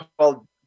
called